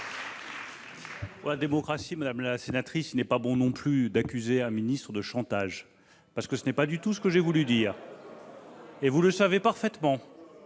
Pour la démocratie, madame la sénatrice, il n'est pas bon non plus d'accuser un ministre de chantage, et tel n'était pas du tout mon propos. Et vous le savez parfaitement.